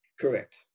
Correct